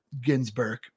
Ginsburg